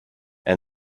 and